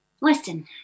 listen